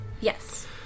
yes